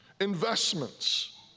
investments